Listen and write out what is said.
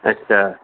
अच्छा